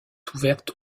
ouverte